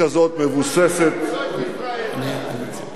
ארצות-הברית עומדת איתנה לצדנו